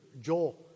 Joel